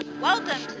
Welcome